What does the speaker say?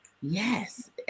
yes